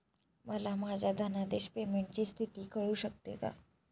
मला माझ्या धनादेश पेमेंटची स्थिती कळू शकते का?